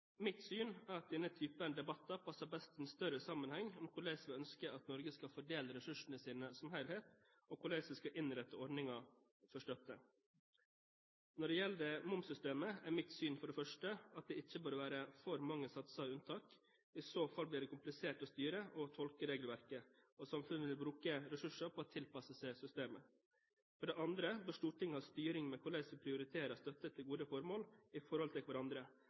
Mitt syn er at denne typen debatter passer best i en større sammenheng om hvordan vi ønsker at Norge skal fordele ressursene sine som helhet, og hvordan vi skal innrette ordninger for støtte. Når det gjelder momssystemet, er mitt syn at det for det første ikke bør være for mange satser og unntak. I så fall blir det komplisert å styre og tolke regelverket, og samfunnet vil bruke ressurser for å tilpasse seg systemet. For det andre bør Stortinget ha styring med hvordan vi prioriterer støtte til gode formål i forhold til hverandre,